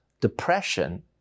depression